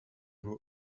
who